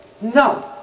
No